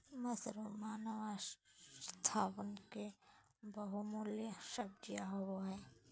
mushroom मानव स्वास्थ्य ले बहुमूल्य सब्जी होबय हइ